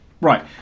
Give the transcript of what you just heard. Right